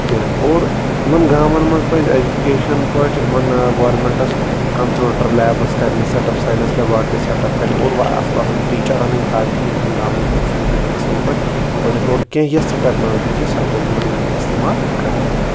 کینٛہہ اور یِمَن گامَن منٛز پَزِ اٮ۪جوکیشَن پٲٹھۍ یِمَن گورمٮ۪نٛٹَس کَمپیوٗٹر لیبٕس کَرنہِ سٮ۪ٹَپ ساینَس لٮ۪باٹرٛی سٮ۪ٹَپ کَرنہِ اور اَصٕل اَصٕل ٹیٖچَر اَنٕنۍ تاکہِ یِم یِم گامٕکۍ لوٗکھ چھِ یِم ہٮ۪کَن اَصٕل پٲٹھۍ پٔڑِتھ اور کینٛہہ یِژھ تہِ ٹٮ۪کنالجی چھِ سۄ پَزِ یِمَن یوٗز استعمال کَرٕنۍ